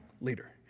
leader